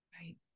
right